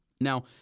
now